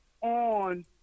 on